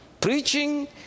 Preaching